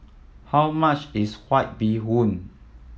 how much is White Bee Hoon